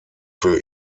für